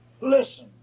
Listen